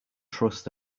trust